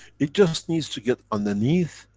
it just needs to get underneath,